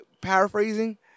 paraphrasing